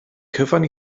cyfan